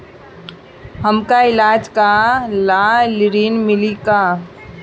हमका ईलाज ला ऋण मिली का?